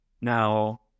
Now